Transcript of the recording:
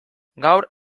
gaur